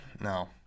no